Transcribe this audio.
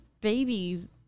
babies